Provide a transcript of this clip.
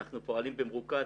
אנחנו פועלים במרוכז,